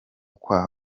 kwa